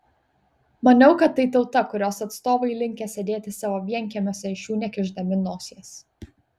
maniau kad tai tauta kurios atstovai linkę sėdėti savo vienkiemiuose iš jų nekišdami nosies